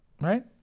right